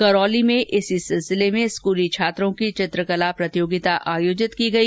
करौली में इसी सिलसिले में स्कूली छात्रों की चित्रकला प्रतियोगिता आयोजित की गई